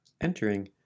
Entering